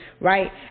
right